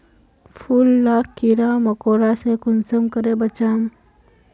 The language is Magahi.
फूल लाक कीड़ा मकोड़ा से कुंसम करे बचाम?